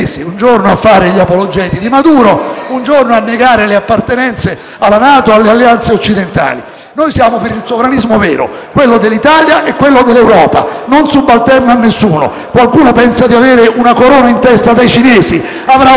Noi siamo per il sovranismo vero, quello dell'Italia e quello dell'Europa, non subalterno a nessuno. Qualcuno pensa di avere una corona in testa dai cinesi? Avrà un collare per essere trascinato al guinzaglio e noi a questo diremo sempre no.